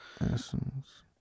Essence